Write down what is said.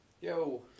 Yo